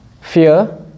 Fear